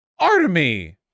Artemy